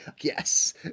Yes